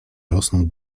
rosną